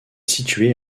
située